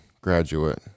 graduate